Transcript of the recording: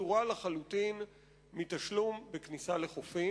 פטורה לחלוטין מתשלום דמי כניסה לחופים.